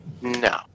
no